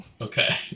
Okay